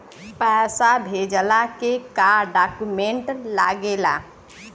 पैसा भेजला के का डॉक्यूमेंट लागेला?